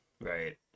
right